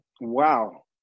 Wow